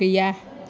गैया